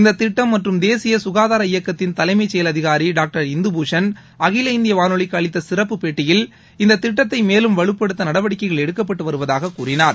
இந்தத் திட்டம் மற்றும் தேசிய சுகாதார இயக்கத்தின் தலைமைச் செயல் அதிகாரி டாக்டர் இந்து பூஷன் அகில இந்திய வானொலிக்கு அளித்த சிறப்புப் பேட்டியில் இந்தத் திட்டத்தை மேலும் வலுப்படுத்த நடவடிக்கைகள் எடுக்கப்பட்டு வருவதாகக் கூறினார்